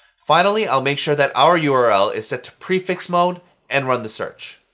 finally, i'll make sure that our yeah url is set to prefix mode and run the search.